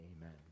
amen